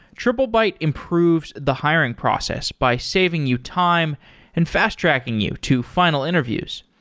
triplebyte improves the hiring process by saving you time and fast-tracking you to final interviews.